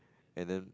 and then